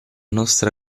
nostra